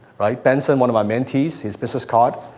right? benson, one of my mentees, his business card,